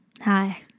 hi